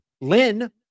Lynn